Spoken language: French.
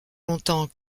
longtemps